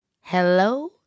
Hello